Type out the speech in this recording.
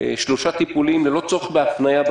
שלושה טיפולים ללא צורך בהפניה.